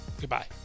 Goodbye